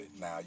Now